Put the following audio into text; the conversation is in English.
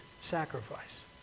sacrifice